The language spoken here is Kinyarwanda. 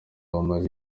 bamaze